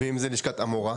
ואם זה קבר של אמורא?